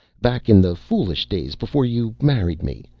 back in the foolish days before you married me,